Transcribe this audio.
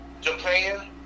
japan